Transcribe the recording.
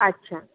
अच्छा